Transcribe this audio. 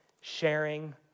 sharing